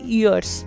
years